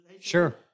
Sure